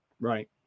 Right